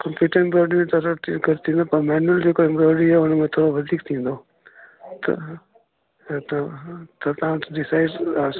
kitchen embroidery त सस्ती सस्ती में कमु थींदो आहिनि न जेका एंब्रॉयडरी आहे थोरो वधीक थींदो त हा त त तव्हां डिसाइड